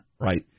Right